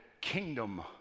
kingdom